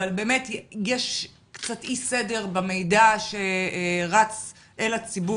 בכל אלה יש קצת אי סדר במידע שרץ לציבור.